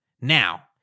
Now